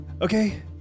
Okay